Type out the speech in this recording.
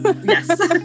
Yes